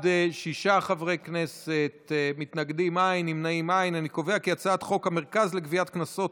חוק המרכז לגביית קנסות,